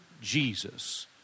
Jesus